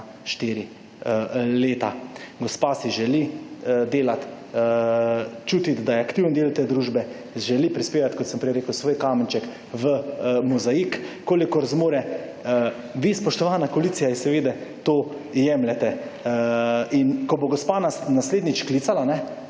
štiri leta. Gospa si želi delati, čutiti da je aktivni del te družbe, želi prispevati, kot sem prej rekel, svoj kamenček v mozaik kolikor zmore. Vi spoštovana koalicija ji seveda to jemljete. Ko bo gospa naslednjič klicala, ji